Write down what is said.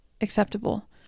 acceptable